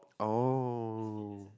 oh